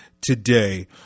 today